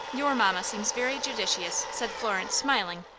your mamma seems very judicious, said florence, smiling.